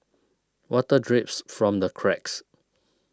water drips from the cracks